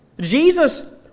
Jesus